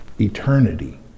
eternity